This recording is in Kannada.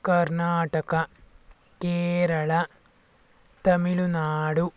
ಕರ್ನಾಟಕ ಕೇರಳ ತಮಿಳುನಾಡು